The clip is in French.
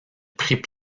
prit